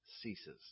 ceases